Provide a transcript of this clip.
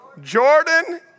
Jordan